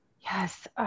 Yes